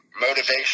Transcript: motivation